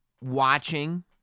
watching